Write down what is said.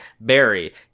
Barry